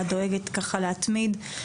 ואת דואגת ככה להתמיד,